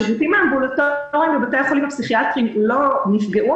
השירותים האמבולטוריים בבתי החולים הפסיכיאטריים לא נפגעו.